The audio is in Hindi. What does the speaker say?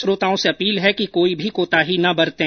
श्रोताओं से अपील है कि कोई भी कोताही न बरतें